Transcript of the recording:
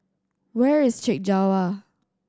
where is Chek Jawa